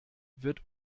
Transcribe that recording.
wird